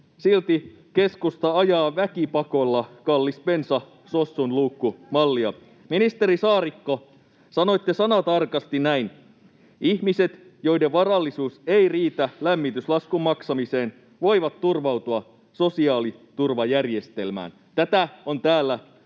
Silti keskusta ajaa väkipakolla ”kallis bensa, sossun luukku” ‑mallia. [Anne Kalmarin välihuuto] Ministeri Saarikko, sanoitte sanatarkasti näin: ”Ihmiset, joiden varallisuus ei riitä lämmityslaskun maksamiseen, voivat turvautua sosiaaliturvajärjestelmään.” Tätä on täällä